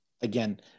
again